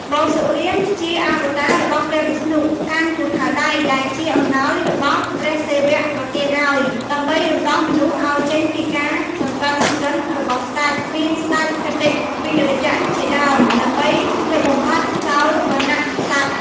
បរសុរាម ជាអវតាររបស់ព្រះវិស្ណុកាន់ពូថៅដៃ ដែលជាអំណោយរបស់ព្រះសិវៈប្រទានឱ្យ ដើម្បីរំដោះមនុស្សឱ្យចេញពីការសង្កត់សង្កិនរបស់ស្តេច មានស្តេចកាតិវិរយៈជាដើម និងដើម្បីលុបបំបាត់ចោលវណ្ណៈក្សត្រ។